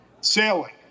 Sailing